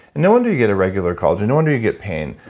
and no wonder you get a regular collagen. no wonder you get pain.